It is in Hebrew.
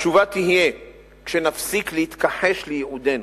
התשובה תהיה כשנפסיק להתכחש לייעודנו,